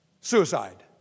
Suicide